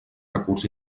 recurs